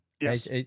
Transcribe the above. Yes